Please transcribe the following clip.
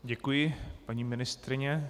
Děkuji, paní ministryně.